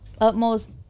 utmost